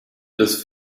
des